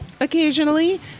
occasionally